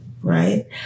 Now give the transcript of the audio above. right